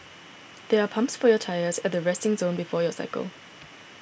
there are pumps for your tyres at the resting zone before you cycle